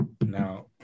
Now